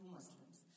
Muslims